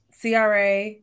CRA